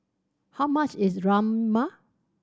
how much is Rajma